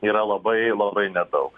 yra labai labai nedaug